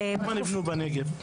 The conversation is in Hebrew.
כמה נבנו בנגב?